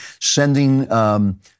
Sending